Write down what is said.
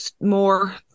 more